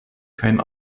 kein